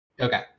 Okay